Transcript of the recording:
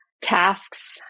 tasks